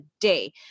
day